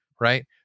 right